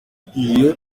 tugiye